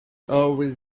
always